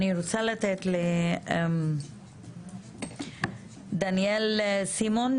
הדובר הבא דניאל סימון,